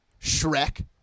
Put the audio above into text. Shrek